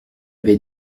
avait